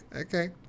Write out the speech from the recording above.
Okay